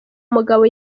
mugabo